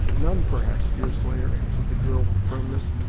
none, perhaps, deerslayer, answered the girl, with firmness,